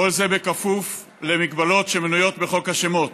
כל זה בכפוף למגבלות שמנויות בחוק השמות,